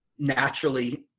naturally